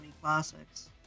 classics